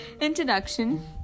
introduction